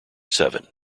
seven